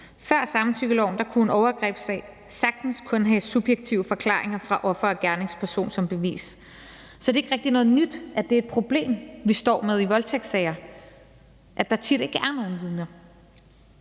Før samtykkeloven kunne en overgrebssag sagtens kun have subjektive forklaringer fra offer og gerningsperson som bevis, så det er ikke rigtig noget nyt, at det er et problem, vi står med i voldtægtssager, at der tit ikke er nogen vidner.